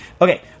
Okay